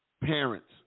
parents